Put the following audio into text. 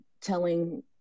telling